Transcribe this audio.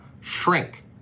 shrink